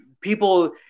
people